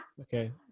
Okay